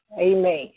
Amen